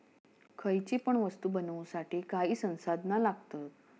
खयची पण वस्तु बनवुसाठी काही संसाधना लागतत